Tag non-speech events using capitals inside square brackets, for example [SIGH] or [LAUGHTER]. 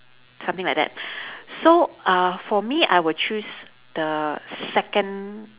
something like that [BREATH] so uh for me I will choose the second